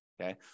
okay